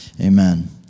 Amen